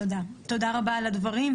תודה רבה על הדברים,